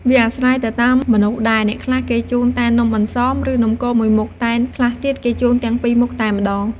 វាអាស្រ័យទៅតាមមនុស្សដែរ អ្នកខ្លះគេជូនតែនំអន្សម ឬ នំគមមួយមុខ តែខ្លះទៀតគេជូនទាំងពីរមុខតែម្ដង។